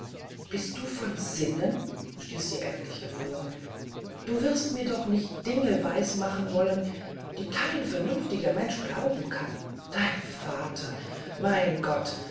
bist du von sinnen stieß sie endlich hervor du wirst mir doch nicht dinge weismachen wollen die kein vernünftiger mensch glauben kann dein vater mein gott